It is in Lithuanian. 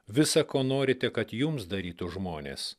visa ko norite kad jums darytų žmonės